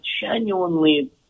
genuinely